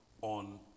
on